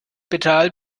pedal